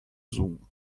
zoom